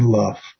love